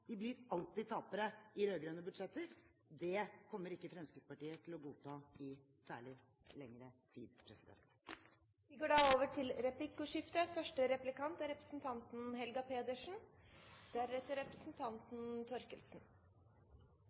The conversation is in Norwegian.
de blir alltid tapere i rød-grønne budsjetter. Det kommer ikke Fremskrittspartiet til å godta særlig lenger. Det blir replikkordskifte.